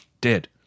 Dead